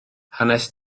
hanes